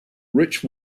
rich